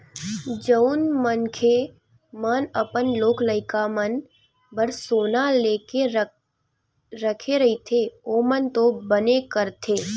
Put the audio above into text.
जउन मनखे मन अपन लोग लइका मन बर सोना लेके रखे रहिथे ओमन तो बने करथे